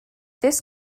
this